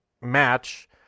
match